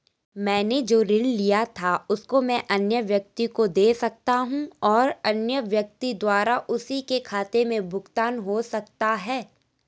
मैंने जो ऋण लिया था उसको मैं अन्य व्यक्ति को दें सकता हूँ और अन्य व्यक्ति द्वारा उसी के खाते से भुगतान हो सकता है?